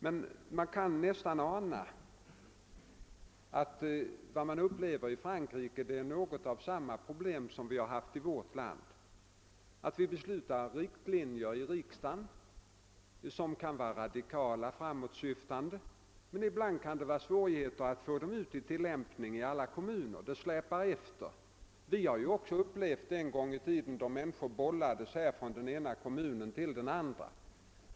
Men man upplever nog i Frankrike något av samma problem som vi har haft i vårt land, nämligen att när parlamentet beslutar om riktlinjer, som kan vara radikala och framåtsyftande, så kan det innebära svårigheter att få dem tillämpade i alla kommuner. Tillämpningen släpar efter. Även i Sverige har vi upplevt en tid, när människor bollades från den ena kommunen till den andra.